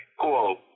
cool